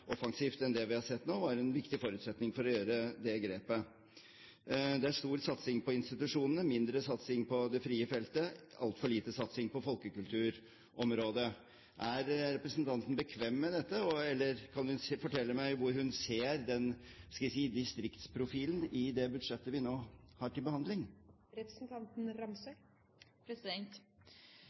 offensivt enn det vi har sett nå, var en viktig forutsetning for å gjøre det grepet. Det er stor satsing på institusjonene, mindre satsing på det frie feltet, og altfor lite satsing på folkekulturområdet. Er representanten bekvem med dette? Kan hun fortelle meg hvor hun ser den – skal jeg si – distriktsprofilen i det budsjettet vi nå har til